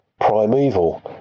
Primeval